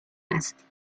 است